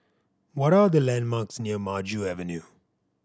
what are the landmarks near Maju Avenue